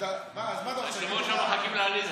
מרגי, היושב-ראש אמר שמחכים לעליזה.